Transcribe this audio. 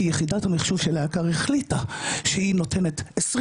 כי יחידת המחשוב של האתר החליטה שהיא נותנת 20